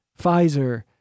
Pfizer